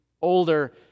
older